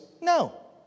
no